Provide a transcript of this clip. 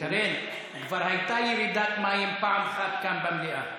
שרן, כבר הייתה ירידת מים פעם אחת כאן במליאה.